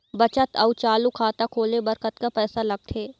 बचत अऊ चालू खाता खोले बर कतका पैसा लगथे?